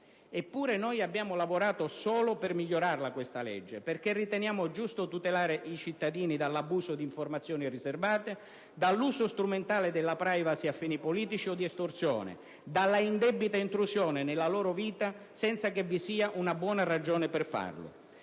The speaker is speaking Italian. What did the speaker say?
Eppure noi abbiamo lavorato solo per migliorarlo questo provvedimento, perché riteniamo giusto tutelare i cittadini dall'abuso d'informazioni riservate, dall'uso strumentale della *privacy* a fini politici o di estorsione, dalla indebita intrusione nella loro vita senza che vi sia una buona ragione per farlo.